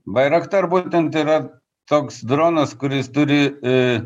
bairaktar būtent yra toks dronas kuris turi e